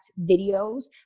videos